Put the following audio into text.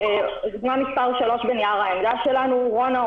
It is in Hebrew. דוגמה מספר 3 בנייר העמדה שלנו: רונה,